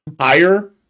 higher